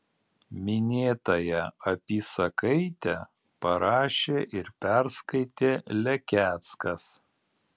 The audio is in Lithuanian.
minėtąją apysakaitę parašė ir perskaitė lekeckas